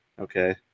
Okay